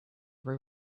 were